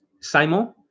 Simon